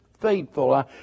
faithful